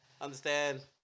understand